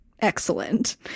excellent